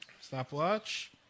Stopwatch